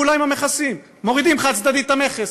פעולה עם המכסים: מורידים חד-צדדי את המכס,